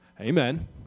Amen